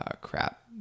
crap